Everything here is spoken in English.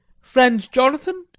friend jonathan,